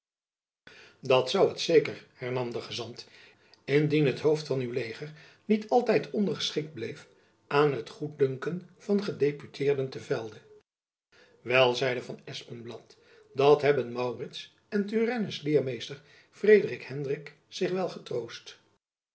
dat zoû het zeker hernam de gezant indien het hoofd van uw leger niet altijd ondergeschikt bleef aan het goeddunken van gedeputeerden te velde wel zeide van espenblad dat hebben maurits en turennes leermeester frederik hendrik zich wel getroost